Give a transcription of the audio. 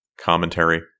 commentary